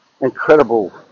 incredible